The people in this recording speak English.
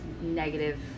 negative